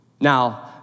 Now